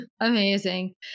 Amazing